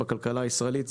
הכלכלית.